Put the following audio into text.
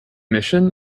mission